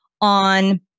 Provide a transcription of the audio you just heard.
on